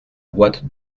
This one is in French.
boîte